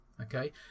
Okay